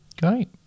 Great